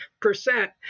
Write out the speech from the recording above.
percent